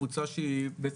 קבוצה שהיא בעצם,